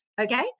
okay